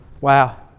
Wow